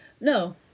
No